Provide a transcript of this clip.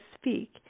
speak